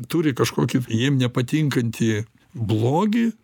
turi kažkokį jiem nepatinkantį blogį